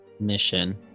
mission